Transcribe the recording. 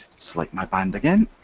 select my band again.